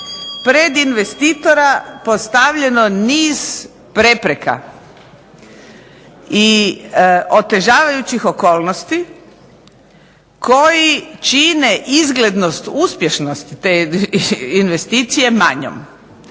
pred investitora postavljeno niz prepreka i otežavajućih okolnosti koji čine izglednost uspješnost te investicije manjom.